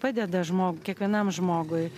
padeda žmog kiekvienam žmogui